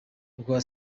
rwa